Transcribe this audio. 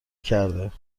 کرده